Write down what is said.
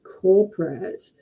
corporate